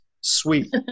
sweet